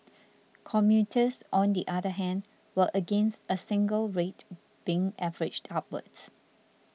commuters on the other hand were against a single rate being averaged upwards